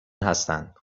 هستند